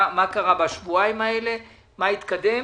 מה התקדם